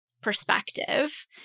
perspective